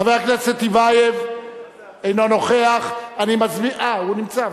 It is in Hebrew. חבר הכנסת טיבייב אינו נוכח, אני מזמין, הוא נמצא.